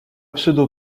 pseudo